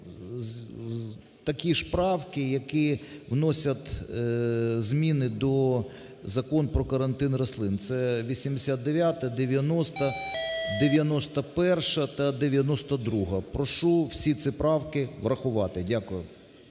такі ж правки, які вносять зміни до Закону про карантин рослин, це 89-а, 90-а, 91-а та 92-а. Прошу всі ці правки врахувати. Дякую.